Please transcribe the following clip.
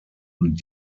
und